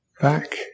back